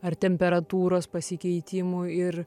ar temperatūros pasikeitimų ir